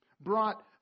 brought